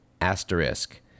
asterisk